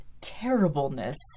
terribleness